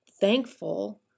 thankful